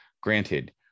Granted